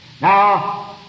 Now